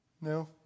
No